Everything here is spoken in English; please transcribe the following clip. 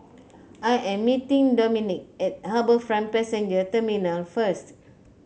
I am meeting Dominque at HarbourFront Passenger Terminal first